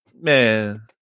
man